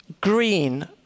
green